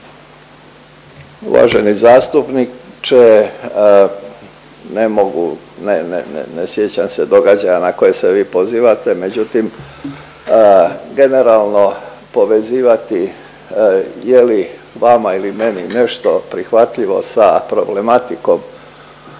Uvaženi zastupniče, ne mogu ne, ne ne sjećam se događaja na koje se vi pozivate, međutim generalno povezivati je li vama ili meni nešto prihvatljivo sa problematikom